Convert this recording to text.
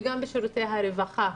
וגם בשירותי רווחה,